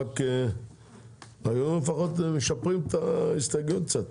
היו לפחות משפרים את ההסתייגויות קצת.